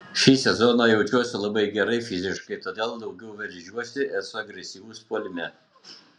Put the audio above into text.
šį sezoną jaučiuosi labai gerai fiziškai todėl daugiau veržiuosi esu agresyvus puolime